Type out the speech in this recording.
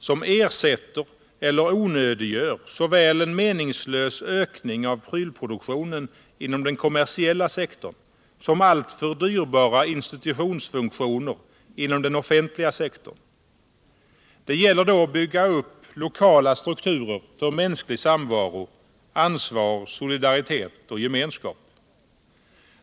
som ersätter eller onödiggör såväl en meningslös ökning av prylproduktion inom den kommersiella sekwrn som alltför dyrbara institutionsfunktioner inom den offentliga sektorn. Det gäller då att Finansdebatt Finansdebatt bygga upp lokala strukturer för mänsklig samvaro, ansvar, solidaritet och gemenskap.